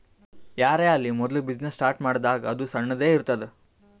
ಯಾರೇ ಆಲಿ ಮೋದುಲ ಬಿಸಿನ್ನೆಸ್ ಸ್ಟಾರ್ಟ್ ಮಾಡಿದಾಗ್ ಅದು ಸಣ್ಣುದ ಎ ಇರ್ತುದ್